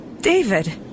David